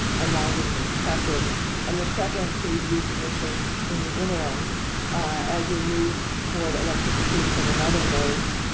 and long distance tracking and the second to reduce emissions in the interim as we move toward electrification and other modes,